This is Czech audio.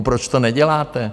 Proč to neděláte?